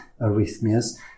arrhythmias